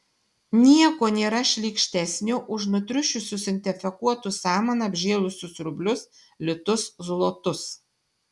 nieko nėra šlykštesnio už nutriušusius infekuotus samana apžėlusius rublius litus zlotus